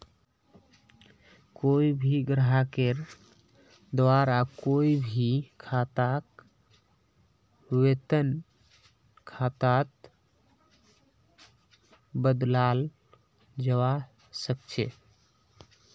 कोई भी ग्राहकेर द्वारा कोई भी खाताक वेतन खातात बदलाल जवा सक छे